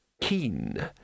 keen